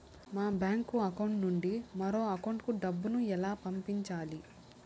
మా bank account నుండి మరొక అకౌంట్ కు డబ్బును ఎలా పంపించాలి